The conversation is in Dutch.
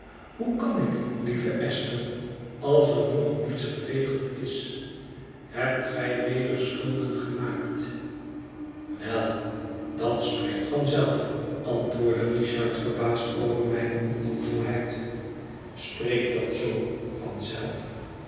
hoe kan ik lieve esther als er nog niets geregeld is hebt gij weder schulden gemaakt wel dat spreekt van zelf antwoordde richard verbaasd over mijne onnoozelheid spreekt dat zoo